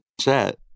chat